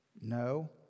No